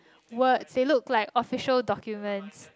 words they look like official documents